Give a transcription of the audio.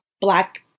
Black